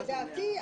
לדעתי,